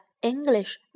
English